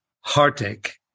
heartache